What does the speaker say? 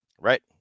Right